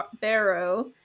Barrow